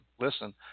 Listen